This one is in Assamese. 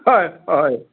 হয় হয়